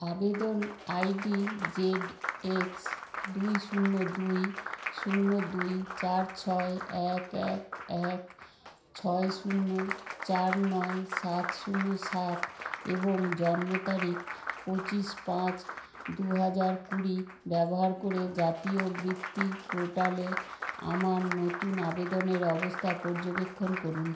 আবেদন ID ZX দুই শূন্য দুই শূন্য দুই চার ছয় এক এক এক ছয় শূন্য চার নয় সাত শূন্য সাত এবং জন্ম তারিখ পঁচিশ পাঁচ দু হাজার কুড়ি ব্যবহার করে জাতীয় বৃত্তি পোর্টালে আমার নতুন আবেদনের অবস্থা পর্যবেক্ষণ করুন